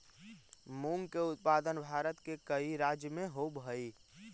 मूंग के उत्पादन भारत के कईक राज्य में होवऽ हइ